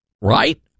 right